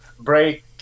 break